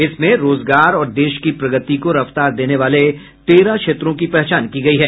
इसमें रोजगार और देश की प्रगति को रफ्तार देने वाले तेरह क्षेत्रों की पहचान की गयी है